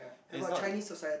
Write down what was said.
is not